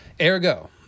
Ergo